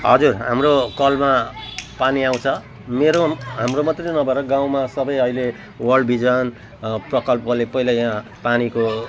हजुर हाम्रो कलमा पानी आउँछ मेरो हाम्रो मात्रै चाहिँ नभएर गाउँमा सबै अहिले वर्ल्ड भिजन प्रकल्पले पहिला यहाँ पानीको